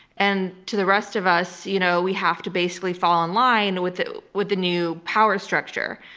and to the rest of us, you know we have to basically fall in line with the with the new power structure.